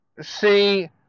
see